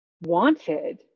wanted